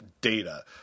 data